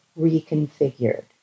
reconfigured